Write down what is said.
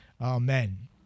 amen